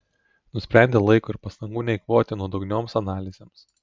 nusprendė laiko ir pastangų neeikvoti nuodugnioms analizėms